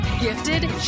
Gifted